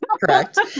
Correct